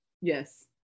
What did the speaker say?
Yes